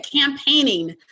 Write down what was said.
campaigning